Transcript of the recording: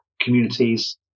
communities